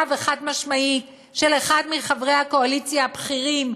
וחד-משמעית של אחד מחברי הקואליציה הבכירים,